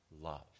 love